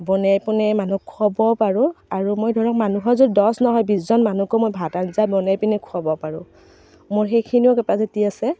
বনাই বনাই মানুহক খুৱাবও পাৰোঁ আৰু মই ধৰক মানুহৰ য'ত দহ নহয় বিছজন মানুহকো মই ভাত আঞ্জা বনাই পিনে খুৱাব পাৰোঁ মোৰ সেইখিনিও কেপাচিটি আছে